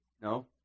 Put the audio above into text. No